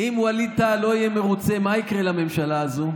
אם ווליד טאהא לא יהיה מרוצה, מה יקרה לממשלה הזו?